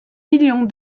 millions